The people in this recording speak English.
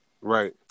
Right